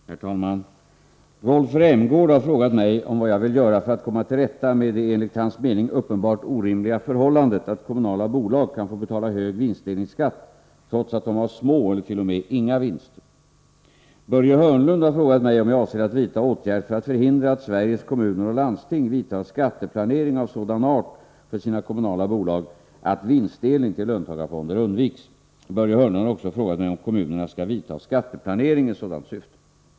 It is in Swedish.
Herr talman! Rolf Rämgård har frågat mig om vad jag vill göra för att komma till rätta med det enligt hans mening uppenbart orimliga förhållandet att kommunala bolag kan få betala hög vinstdelningsskatt trots att de har små eller t.o.m. inga vinster. Börje Hörnlund har frågat mig om jag avser att vidta åtgärd för att förhindra att Sveriges kommuner och landsting vidtar skatteplanering av sådan art för sina kommunala bolag att vinstdelning till löntagarfonder undviks. Börje Hörnlund har också frågat mig om kommunerna skall vidta skatteplanering i sådant syfte.